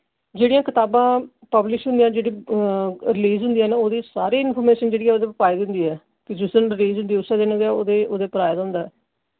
जेह्ड़ियां कताबां पब्लिश होंदियां जेह्ड़ी रलीज होंदियां न ओह्दी सारे इंफरमेशन जेह्ड़ी ऐ ओह्दे पर पाई दी होंदी ऐ जिस दिन रलीज होंदी ऐ उस्सै दिन गै ओह्दे पर आए दा होंदा ऐ